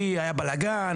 כי היה בלגן